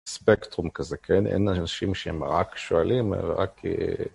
ספקטרום כזה, כן, אין אנשים שהם רק שואלים רק...